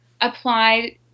applied